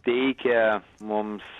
teikė mums